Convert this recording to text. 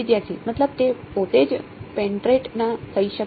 વિદ્યાર્થી મતલબ તે પોતે જ પેનેટ્રેટ ના થઇ સકે